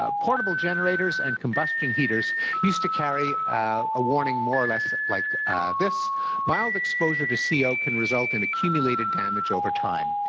ah portable generators and combustion heaters used to carry a warning more or less like this mild exposure to co ah can result in accumulated damage over time.